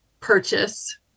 purchase